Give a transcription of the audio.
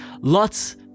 lots